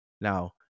Now